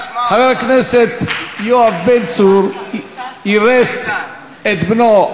חבר הכנסת יואב בן צור אירס את בנו,